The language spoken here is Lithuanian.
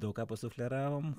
daug ką pasufleravom